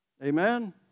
Amen